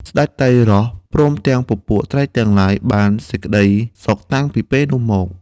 ស្តេចត្រីរ៉ស់ ព្រមទាំងពពួកត្រីទាំងឡាយ បានសេចក្តីសុខតាំងពីពេលនោះមក។